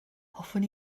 hoffwn